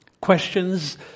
questions